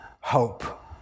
hope